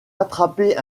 attraper